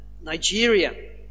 Nigeria